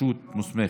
רשות מוסמכת.